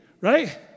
right